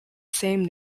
same